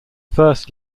first